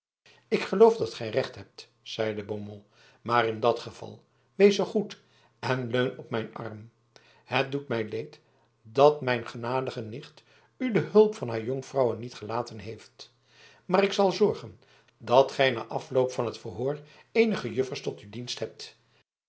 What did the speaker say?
ik geloof dat gij recht hebt zeide beaumont maar in dat geval wees zoo goed en leun op mijn arm het doet mij leed dat mijn genadige nicht u de hulp van haar jonkvrouwen niet gelaten heeft maar ik zal zorgen dat gij na afloop van het verhoor eenige juffers tot uw dienst hebt